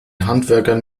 handwerkern